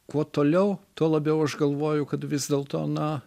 kuo toliau tuo labiau aš galvoju kad vis dėlto na